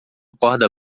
corda